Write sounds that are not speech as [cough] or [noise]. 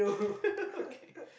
[laughs] okay